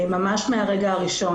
ממש מהרגע הראשון.